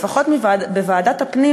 לפחות בוועדת הפנים,